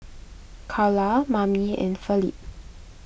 Karla Mamie and Felipe